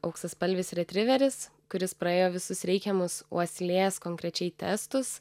auksaspalvis retriveris kuris praėjo visus reikiamus uoslės konkrečiai testus